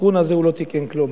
בתיקון הזה הוא לא תיקן כלום.